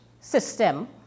system